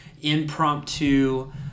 impromptu